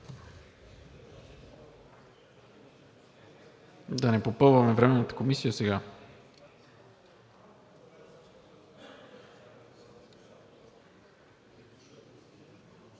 Да не попълваме Временната комисия сега?